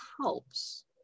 helps